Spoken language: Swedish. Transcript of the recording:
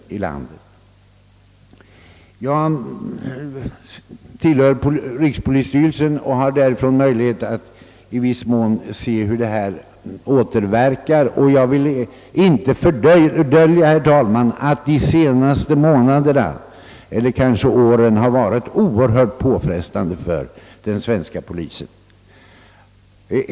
Som ledamot av rikspolisstyrelsen har jag någon möjlighet att i viss mån se hur sådant återverkar. Jag vill inte fördölja, herr talman, att de senaste månaderna eller kanske åren varit oerhört påfrestande för den svenska polisen.